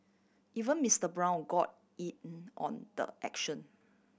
even Mister Brown got on the action